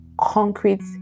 concrete